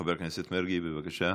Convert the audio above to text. חבר הכנסת מרגי, בבקשה.